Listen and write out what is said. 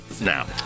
now